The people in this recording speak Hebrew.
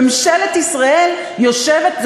ממשלת ישראל יושבת,